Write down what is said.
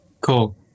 Cool